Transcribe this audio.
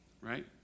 right